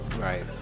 Right